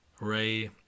ray